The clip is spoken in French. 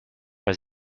pas